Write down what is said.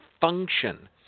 function